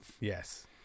Yes